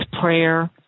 prayer